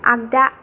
आगदा